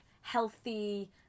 healthy